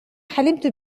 حلمت